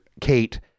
Kate